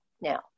Now